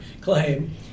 claim